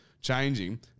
changing